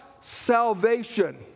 salvation